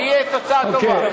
שתהיה תוצאה טובה.